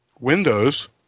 windows